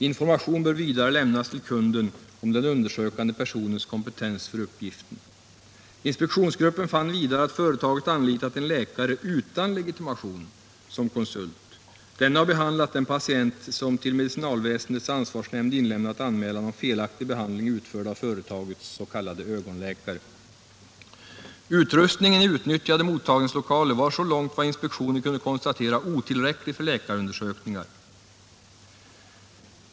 Information bör vidare lämnas till kunden om den undersökande personens kompetens för uppgiften. Inspektionsgruppen fann vidare att företaget anlitat en läkare utan legitimation som konsult. Denna har behandlat den patient som till medicinalväsendets ansvarsnämnd inlämnat anmälan om felaktig behandling utförd av företagets "ögonläkare. Utrustningen i utnyttjade mottagningslokaler var så långt vad inspektionen kunde konstatera otillräcklig för läkarundersökningar.